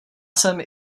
jsem